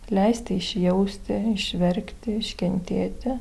leisti išjausti išverkti iškentėti